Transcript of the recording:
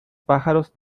pájaros